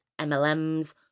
MLMs